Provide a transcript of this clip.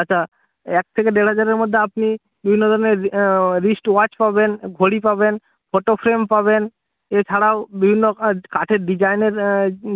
আচ্ছা এক থেকে দেড় হাজারের মধ্যে আপনি বিভিন্ন ধরনের রিস্টওয়াচ পাবেন ঘড়ি পাবেন ফটো ফ্রেম পাবেন এছাড়াও বিভিন্ন রকমের কাঠের ডিজাইনের